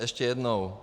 Ještě jednou.